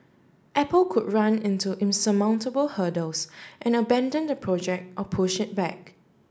apple could run into insurmountable hurdles and abandon the project or push it back